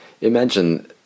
imagine